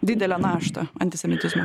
didelę naštą antisemitizmo